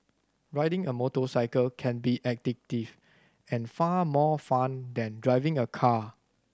riding a motorcycle can be addictive and far more fun than driving a car